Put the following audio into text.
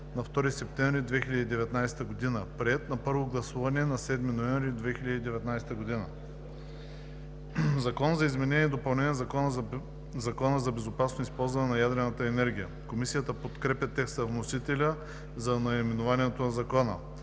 на 2 септември 2019 г., приет на първо гласуване на 7 ноември 2019 г.“ „Закон за изменение и допълнение на Закона за безопасно използване на ядрената енергия“. Комисията подкрепя текста на вносителя за наименованието на Закона.